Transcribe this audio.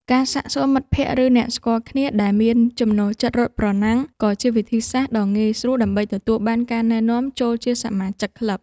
ការសាកសួរមិត្តភក្តិ ឬអ្នកស្គាល់គ្នាដែលមានចំណូលចិត្តរត់ប្រណាំង ក៏ជាវិធីសាស្ត្រដ៏ងាយស្រួលដើម្បីទទួលបានការណែនាំចូលជាសមាជិកក្លឹប។